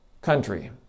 country